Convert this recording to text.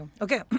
okay